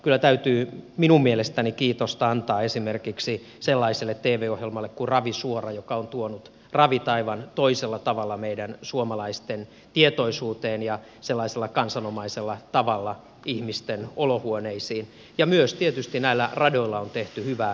kyllä täytyy minun mielestäni kiitosta antaa esimerkiksi sellaiselle tv ohjelmalle kuin ravisuora joka on tuonut ravit aivan toisella tavalla meidän suomalaisten tietoisuuteen ja sellaisella kansanomaisella tavalla ihmisten olohuoneisiin ja myös tietysti näillä radoilla on tehty hyvää työtä